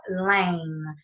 lame